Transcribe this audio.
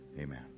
amen